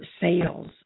sales